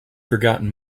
forgotten